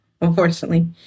unfortunately